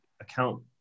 account